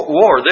war